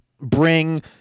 bring